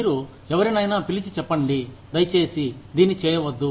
మీరు ఎవరినైనా పిలిచి చెప్పండి దయచేసి దీన్ని చేయవద్దు